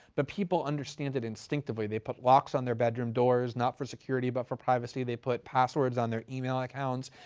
but people understand it instinctively. they put locks on their bedroom doors, not for security, but for privacy. they put passwords on their email accounts,